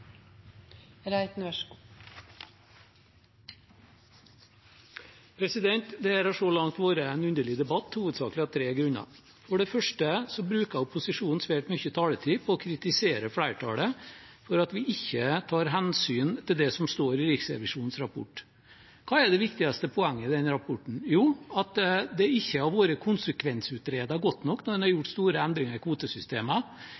har så langt vært en underlig debatt, hovedsakelig av tre grunner: For det første bruker opposisjonen svært mye taletid på å kritisere flertallet for at vi ikke tar hensyn til det som står i Riksrevisjonens rapport. Hva er det viktigste poenget i den rapporten? Jo, at det ikke har vært konsekvensutredet godt nok når en har